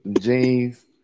jeans